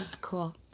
Cool